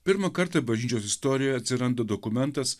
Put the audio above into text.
pirmą kartą bažnyčios istorijoje atsiranda dokumentas